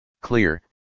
Clear